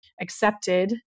accepted